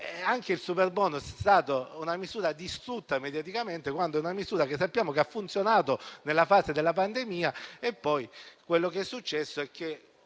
anche il superbonus è stata una misura distrutta mediaticamente. Sappiamo invece che ha funzionato nella fase della pandemia, ma poi quello che è successo è che